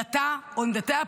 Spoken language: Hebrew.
לדתה או לעמדותיה הפוליטיות,